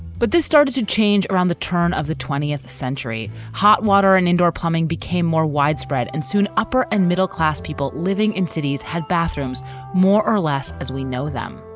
but this started to change around the turn of the twentieth century, hot water and indoor plumbing became more widespread, and soon upper and middle class people living in cities had bathrooms more or less as we know them.